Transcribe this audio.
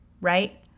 right